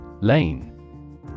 Lane